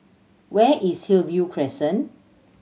where is Hillview Crescent